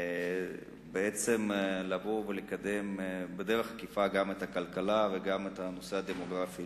ובעצם לבוא ולקדם בדרך עקיפה גם את הכלכלה וגם את הנושא הדמוגרפי,